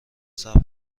صبر